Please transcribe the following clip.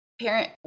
parent